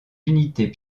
unités